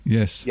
Yes